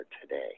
today